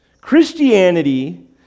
Christianity